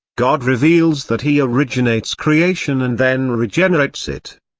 god reveals that he originates creation and then regenerates it.